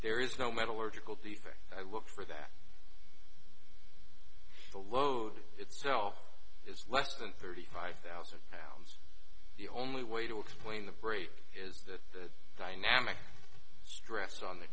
there is no metallurgical defect i look for that the load itself is less than thirty five thousand pounds the only way to explain the break is that the dynamic stress on the